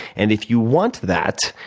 and if you want that,